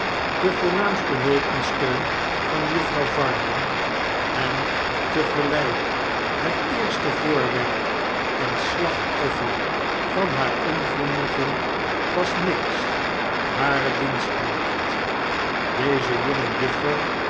de voornaamste hulp en steun van juffrouw varden en te gelijk het eerste voorwerp en slachtoffer van haar ongenoegen was miggs hare dienstmaagd deze jonge juffer